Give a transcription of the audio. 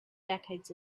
decades